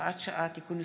הוראת שעה, תיקון מס'